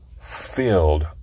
filled